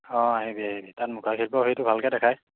অঁ আহিবি আহিবি তাত মুখা শিল্প হেৰিটো ভালকৈ দেখাই